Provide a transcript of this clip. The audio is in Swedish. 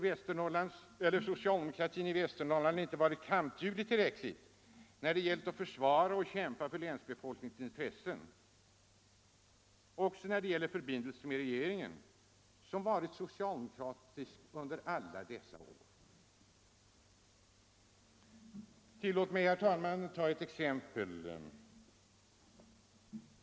Eller har socialdemokratin i Västernorrlands län inte varit tillräckligt kampduglig när det gällt att försvara och kämpa för befolkningens intressen också i de förbindelser man haft med regeringen, som ju har varit socialdemokratisk under alla dessa år? Tillåt mig, herr talman, att ta ett exempel.